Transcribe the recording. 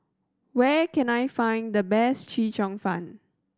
where can I find the best Chee Cheong Fun